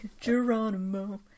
Geronimo